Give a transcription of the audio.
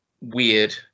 weird